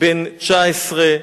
בן 19,